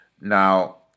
Now